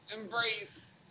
Embrace